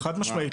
חד משמעית.